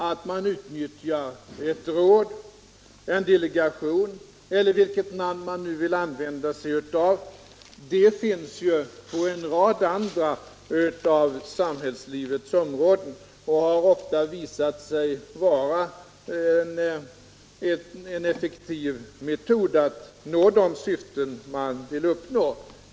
Att man utnyttjar ett råd, en delegation eller vad man nu vill använda för beteckning är vanligt på en rad andra av samhällslivets områden och har ofta visat sig vara en effektiv metod att nå de syften man vill uppnå.